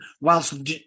whilst